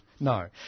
No